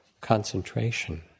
concentration